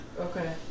Okay